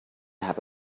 have